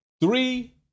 three